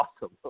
awesome